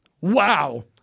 Wow